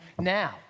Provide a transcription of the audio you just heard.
now